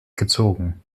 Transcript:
gezogen